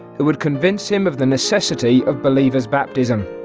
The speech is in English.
who would convince him of the necessity of believer's baptism.